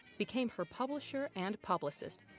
became her publisher and publicist,